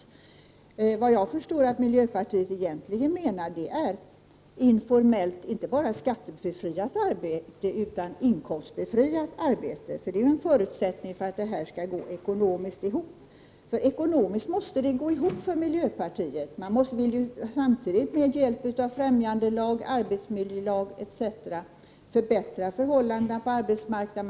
Såvitt jag förstår menar miljöpartiet egentligen inte bara skattebefriat informellt arbete utan inkomstbefriat informellt arbete. Det är ju en förutsättning för att detta skall gå ekonomiskt ihop. Ekonomiskt måste det gå ihop för miljöpartiet, för man vill ju samtidigt med hjälp av främjandelag, arbetsmiljölag etc. förbättra förhållandena på arbetsmarknaden.